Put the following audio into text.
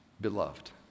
beloved